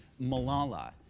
Malala